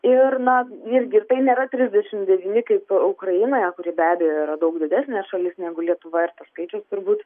ir na visgi tai nėra trisdešim devyni kaip ukrainoje kuri be abejo yra daug didesnė šalis negu lietuva ir tas skaičius turbūt